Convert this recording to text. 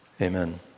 Amen